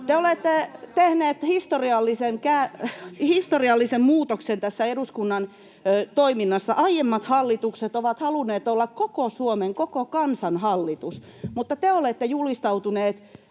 Te olette tehneet historiallisen muutoksen tässä eduskunnan toiminnassa. Aiemmat hallitukset ovat halunneet olla koko Suomen ja koko kansan hallitus, mutta te olette julistautuneet